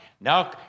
now